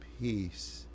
peace